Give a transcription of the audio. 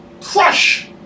crush